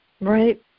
Right